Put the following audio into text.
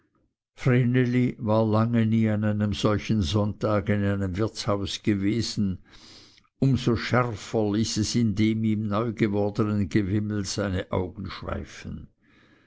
war lange nie an einem solchen sonntage in einem wirtshause gewesen um so schärfer ließ es in dem ihm neu gewordenen gewimmel seine augen schweifen